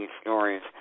stories